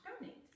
donate